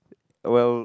well